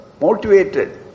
motivated